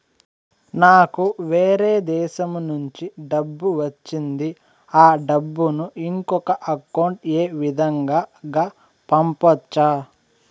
నాకు వేరే దేశము నుంచి డబ్బు వచ్చింది ఆ డబ్బును ఇంకొక అకౌంట్ ఏ విధంగా గ పంపొచ్చా?